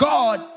God